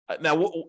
Now